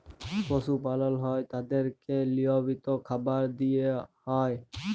পশু পালল হ্যয় তাদেরকে লিয়মিত খাবার দিয়া হ্যয়